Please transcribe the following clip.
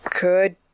Good